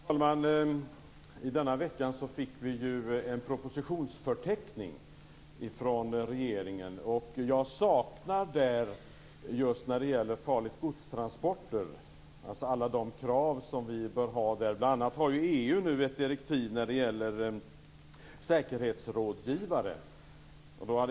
Fru talman! I denna vecka fick vi en propositionsförteckning från regeringen, och jag saknar där alla de krav som vi bör ha när det gäller transporter av farligt gods. Bl.a. har EU nu ett direktiv när det gäller säkerhetsrådgivare.